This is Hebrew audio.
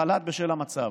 בשל המצב.